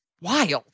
wild